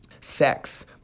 sex